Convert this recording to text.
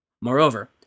Moreover